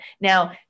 now